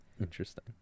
Interesting